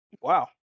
Wow